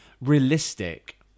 realistic